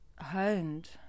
Honed